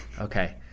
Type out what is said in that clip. Okay